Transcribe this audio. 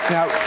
Now